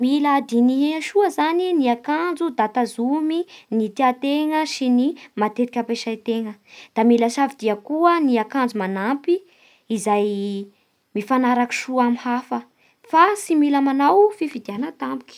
Mila dihy soa zany ny akanjo da tazomy ny tiantegna sy ny matetiky ampiasantegna, da mila safidia koa ny akanjo manampy izay mifanaraky soa amin'ny hafa fa tsy mila manao fifidiana tampoky.